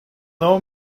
know